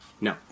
No